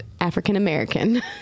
African-American